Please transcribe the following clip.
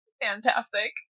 Fantastic